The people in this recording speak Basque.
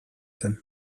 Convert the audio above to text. zen